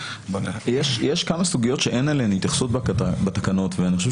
יש כמה סוגיות שאין עליהן התייחסות בתקנות ואני חושב